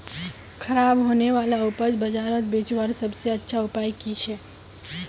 ख़राब होने वाला उपज बजारोत बेचावार सबसे अच्छा उपाय कि छे?